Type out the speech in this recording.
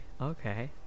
okay